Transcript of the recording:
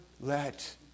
let